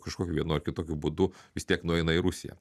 kažkokiu vienu ar kitokiu būdu vis tiek nueina į rusiją